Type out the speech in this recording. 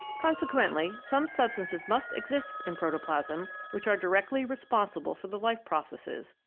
consequently some substances must exist in protoplasm which are directly responsible for the life-processes,